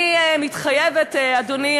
אני מתחייבת, אדוני